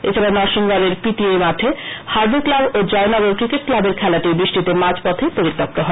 এছাড়া নরসিংগড়ের পিটিএ মাঠে হার্ভে ক্লাব ও জয়নগর ক্রিকেট ক্লাবের খেলাটি বৃষ্টিতে মাঝপথে পরিত্যক্ত হয়